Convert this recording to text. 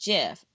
Jeff